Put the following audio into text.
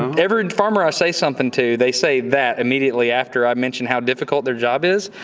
every farmer i say something to, they say that immediately after i mention how difficult their job is.